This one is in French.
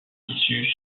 tissu